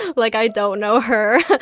like, i don't know her